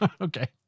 Okay